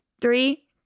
Three